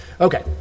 Okay